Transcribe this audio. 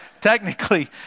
technically